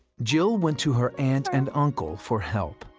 jill went to her aunt and uncle for help.